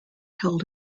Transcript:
held